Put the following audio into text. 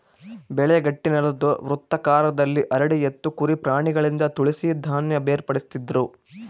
ಬೆಳೆ ಗಟ್ಟಿನೆಲುದ್ ವೃತ್ತಾಕಾರದಲ್ಲಿ ಹರಡಿ ಎತ್ತು ಕುರಿ ಪ್ರಾಣಿಗಳಿಂದ ತುಳಿಸಿ ಧಾನ್ಯ ಬೇರ್ಪಡಿಸ್ತಿದ್ರು